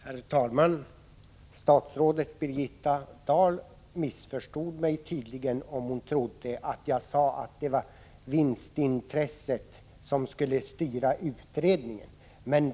Herr talman! Statsrådet Birgitta Dahl missförstod mig, om hon trodde att jag menade att det var vinstintresset som skulle styra utredningen.